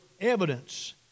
evidence